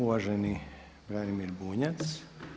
Uvaženi Branimir Bunjac.